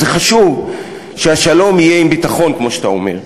חשוב שהשלום יהיה עם ביטחון, כמו שאתה אומר.